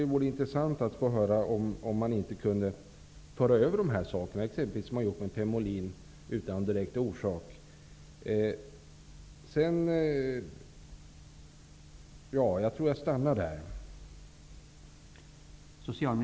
Det vore intressant att få höra om man inte kunde föra över dessa ämnen till förteckningen, som man exempelvis utan någon direkt orsak har gjort med pemolin.